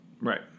Right